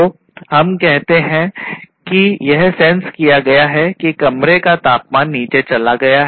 तो हम कहते हैं यह सेंस किया गया है कि कमरे का तापमान नीचे चला गया है